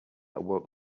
awoke